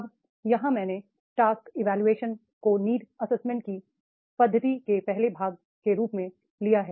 अब यहाँ मैंने टास्क इवोल्यूशन को नीड एसेसमेंट की पद्धति के पहले भाग के रूप में लिया है